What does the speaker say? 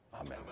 Amen